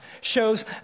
shows